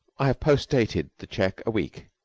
i have post-dated the check a week,